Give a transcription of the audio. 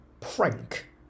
prank